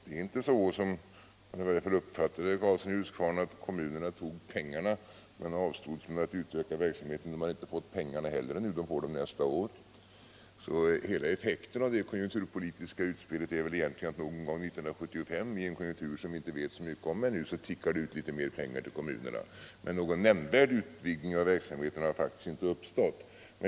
Det är inte så som jag i varje fall uppfattade att herr Karlsson i Huskvarna uttryckte det, att kommunerna tog pengarna men avstod från att utöka verksamheten. De har inte fått pengarna heller ännu — de får dem nästa år. Så hela effekten av det konjunkturpolitiska utspelet är väl egentligen att någon gång 1975 i en konjunktur som vi ännu vet mycket litet om så tickar det ut litet mer pengar till kommunerna. Men någon nämnvärd utvidgning av verksamheten har faktiskt inte uppstått.